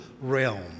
realm